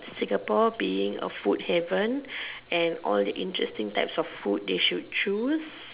Singapore being a food heaven and all the interesting that from food they should choose